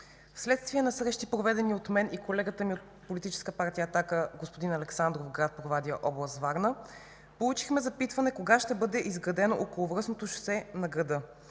Вследствие на срещи, проведени от мен и колегата ми от Политическа партия „Атака” господин Александров в град Провадия, област Варна, получихме запитване кога ще бъде изградено околовръстното шосе на града.